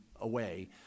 away